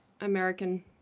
American